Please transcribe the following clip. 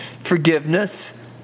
Forgiveness